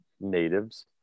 natives